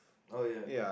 oh ya